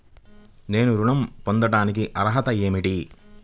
నేను ఋణం పొందటానికి అర్హత ఏమిటి?